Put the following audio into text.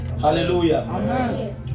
Hallelujah